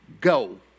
go